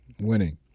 winning